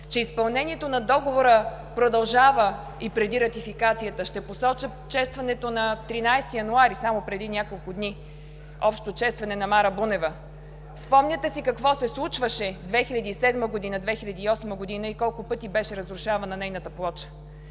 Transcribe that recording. че изпълнението на Договора продължава и преди Ратификацията. Ще посоча честването на 13-ти януари, само преди няколко дни – общо честване на Мара Бунева. Спомняте си какво се случваше 2007 г., 2008 г. и колко пъти беше разрушавана нейната плоча.